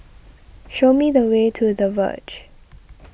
show me the way to the Verge